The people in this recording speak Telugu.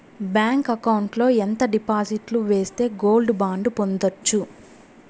బ్యాంకు అకౌంట్ లో ఎంత డిపాజిట్లు సేస్తే గోల్డ్ బాండు పొందొచ్చు?